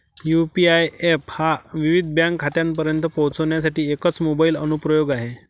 UPI app हा विविध bank खात्यांपर्यंत पोहोचण्यासाठी एकच मोबाइल अनुप्रयोग आहे